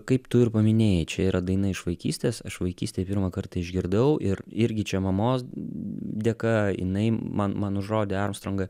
kaip tu ir paminėjai čia yra daina iš vaikystės aš vaikystėj pirmą kartą išgirdau ir irgi čia mamos dėka jinai man man užrodė armstrongą